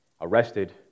arrested